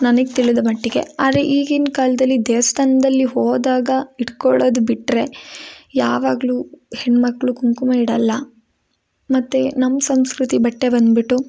ನನಗೆ ತಿಳಿದಮಟ್ಟಿಗೆ ಆರೆ ಈಗಿನ ಕಾಲದಲ್ಲಿ ದೇವಸ್ಥಾನ್ದಲ್ಲಿ ಹೋದಾಗ ಇಟ್ಕೊಳ್ಳೋದು ಬಿಟ್ರೆ ಯಾವಾಗಲು ಹೆಣ್ಣಮಕ್ಳು ಕುಂಕುಮ ಇಡೋಲ್ಲ ಮತ್ತೆ ನಮ್ಮ ಸಂಸ್ಕೃತಿ ಬಟ್ಟೆ ಬಂದ್ಬಿಟು